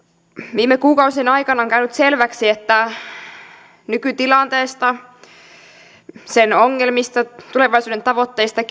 viime kuukausien aikana on käynyt selväksi että nykytilanteesta sen ongelmista tulevaisuuden tavoitteista